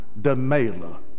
Demela